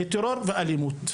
לטרור ואלימות?